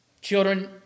Children